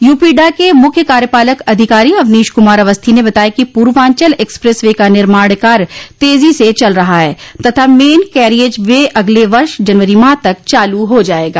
यूपीडा के मुख्य कार्यपालक अधिकारी अवनीश कुमार अवस्थी ने बताया कि पूर्वांचल एक्सप्रेस वे का निर्माण कार्य तेजी से चल रहा है तथा मेन कैरियेज वे अगले वर्ष जनवरी माह तक चालू हो जायेगा